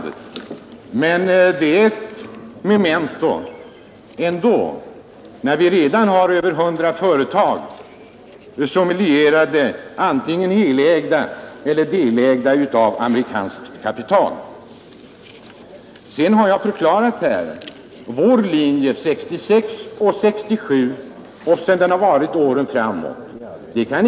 Det är ett memento att vi redan nu har över 100 företag som är lierade med amerikanskt kapital, antingen som helägda eller som delägda. Jag har här förklarat vår linje 1966 och 1967 samt åren därefter.